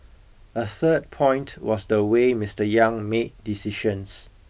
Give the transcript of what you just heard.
a third point was the way Mister Yang made decisions